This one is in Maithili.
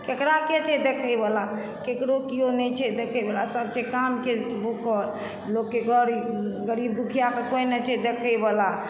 केकराके छै देखैवला ककरो कियो नहि छै देखैवला सब छै कामके भूखल लोकके गरीब दुखियाके कोई नहि छै देखैवला